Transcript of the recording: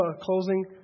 closing